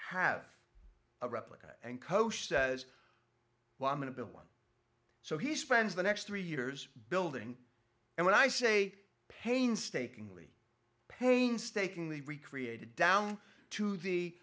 have a replica and cowshed says well i'm going to build one so he spends the next three years building and when i say painstakingly painstakingly recreated down to the